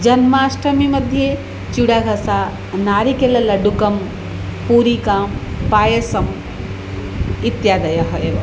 जन्माष्टमीमध्ये चूडाहस नारिकेललड्डुकं पूरिका पायसम् इत्यादयः एव